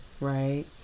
right